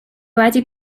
wedi